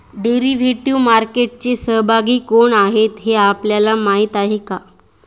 Derivative मार्केटचे सहभागी कोण आहेत हे आपल्याला माहित आहे का?